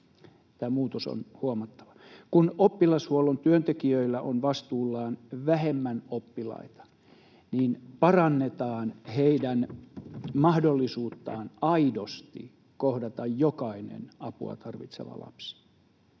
Tämä muutos on huomattava. Kun oppilashuollon työntekijöillä on vastuullaan vähemmän oppilaita, niin parannetaan heidän mahdollisuuttaan aidosti kohdata jokainen apua tarvitseva lapsi.